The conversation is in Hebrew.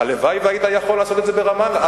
הלוואי שהיית יכול לעשות את זה ברמאללה.